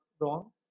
wrong